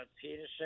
Peterson